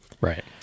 Right